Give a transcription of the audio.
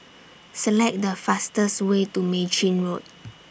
Select The fastest Way to Mei Chin Road